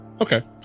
okay